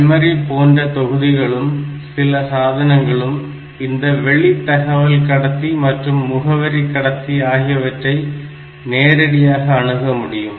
memory போன்ற தொகுதிகளும் சில சாதனங்களும் இந்த வெளி தகவல் கடத்தி மற்றும் முகவரி கடத்தி ஆகியவற்றை நேரடியாக அணுகமுடியும்